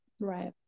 Right